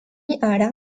ára